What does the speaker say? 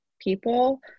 people